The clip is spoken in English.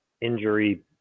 injury